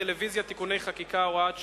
בטלוויזיה) (תיקוני חקיקה) (הוראות שעה),